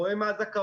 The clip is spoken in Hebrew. רואה מה הזכאות,